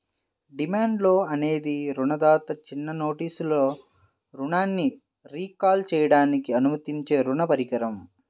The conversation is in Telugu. డిమాండ్ లోన్ అనేది రుణదాత చిన్న నోటీసులో రుణాన్ని రీకాల్ చేయడానికి అనుమతించే రుణ పరికరం